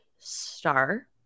star